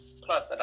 Plus